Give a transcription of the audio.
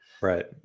Right